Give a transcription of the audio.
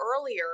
earlier